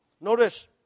Notice